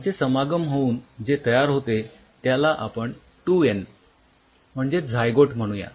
यांचे समागम होऊन जे तयार होते त्याला आपण टू एन म्हणजेच झायगोट म्हणूया